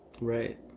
Right